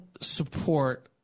support